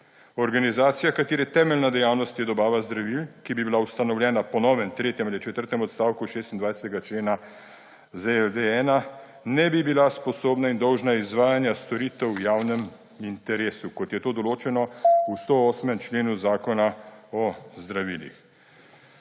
Organizacija, katere temeljna dejavnost je dobava zdravil, ki bi bila ustanovljena po novem tretjem ali četrtem odstavku 26. člena ZLD-1, ne bi bila sposobna in dolžna izvajanja storitev v javnem interesu, kot je to določeno v 108. členu Zakona o zdravilih.